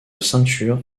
ceinture